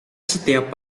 setiap